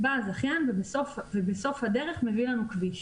בא הזכיין ובסוף הדרך מביא לנו כביש,